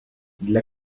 для